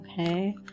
okay